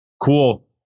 Cool